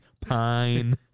pine